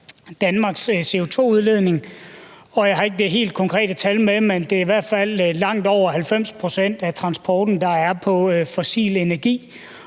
Danmarks CO₂-udledning. Jeg har ikke de helt konkrete tal med, men det er i hvert fald langt over 90 pct. af transporten, der kører på fossil energi,